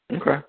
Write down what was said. Okay